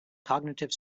cognitive